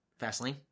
Fastlane